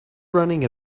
running